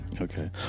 Okay